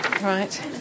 right